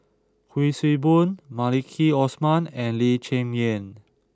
Kuik Swee Boon Maliki Osman and Lee Cheng Yan